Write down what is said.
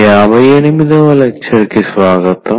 58 వ లెక్చర్ కి స్వాగతం